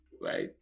right